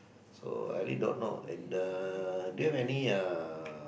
so I really don't know and uh do you have any uh